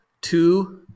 two